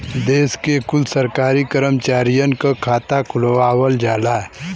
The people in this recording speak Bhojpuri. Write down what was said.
देश के कुल सरकारी करमचारियन क खाता खुलवावल जाला